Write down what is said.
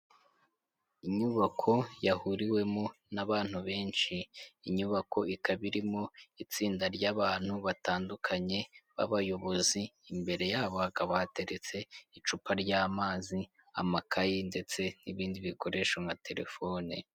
Inyubako yahuriwemo n'abantu benshi, inyubako ikaba irimo itsinda ry'abantu batandukanye b'abayobozi imbere yabo hakaba hateretse icupa ry'amazi, amakayi ndetse n'ibindi bikoresho nka telefone.